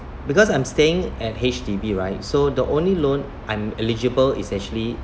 because I'm staying at H_D_B right so the only loan I'm eligible essentially